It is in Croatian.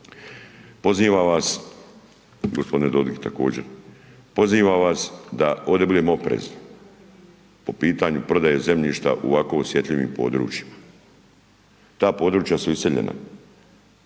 Pozivam vas gospodine Dodik također, pozivam vas da ovde budemo oprezni po pitanju prodaje zemljišta u ovako osjetljivim područjima. Ta područja su iseljena,